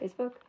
Facebook